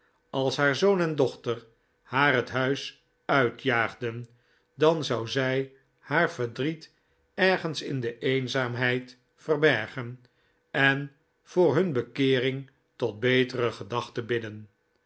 als haar zoon en dochter haar het huis uit jaagden dan zou zij haar verdriet ergens in de eenzaamheid verbergen en voor hun bekeering tot betere gedachten bidden